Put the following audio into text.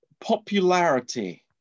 popularity